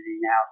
now